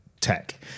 tech